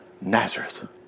Nazareth